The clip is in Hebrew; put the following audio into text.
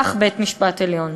כך בית-המשפט העליון.